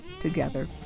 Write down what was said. together